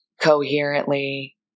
coherently